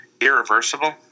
Irreversible